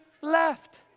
left